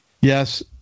yes